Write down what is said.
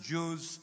Jews